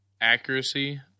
accuracy